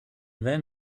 then